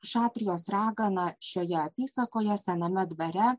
šatrijos ragana šioje apysakoje sename dvare